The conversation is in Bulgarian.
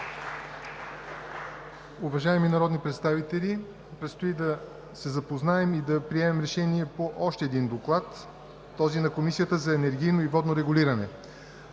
Уважаеми народни представители, предстои да се запознаем и да приемем решение по още един доклад – този на Комисията за енергийно и водно регулиране.